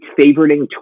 favoriting